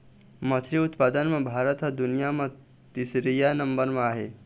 मछरी उत्पादन म भारत ह दुनिया म तीसरइया नंबर म आहे